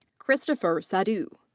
christopher sadhoo.